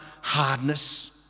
hardness